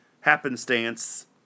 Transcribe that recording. happenstance